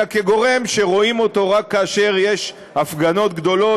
אלא כגורם שרואים רק כאשר יש הפגנות גדולות,